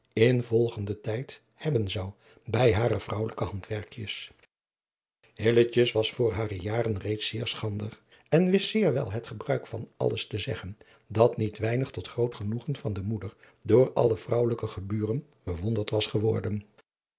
volgenden tijd hebben zou bij hare vrouwelijke handwerkjes hilletje was voor hare jaren reeds zeerschranadriaan loosjes pzn het leven van hillegonda buisman der en wist zeer wel het gebruik van alles te zeggen dat niet weinig tot groot genoegen van de moeder door alle vrouwelijke geburen bewonderd was geworden